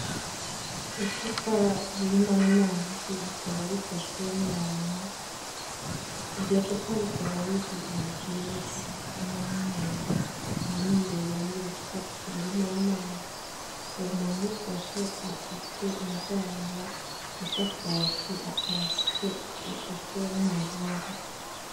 Icupa ririmo amazi rikaba rifashwe n'umuntu, iryo cupa rikaba riri mu kirere cy'ubururu n'umweru, mo imbere muri iryo cupa hakaba harimo amazi, uwo muntu urifashe afite inzara zisa kake, akaba afite ishusho y'umuzungu.